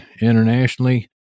internationally